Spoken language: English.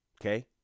Okay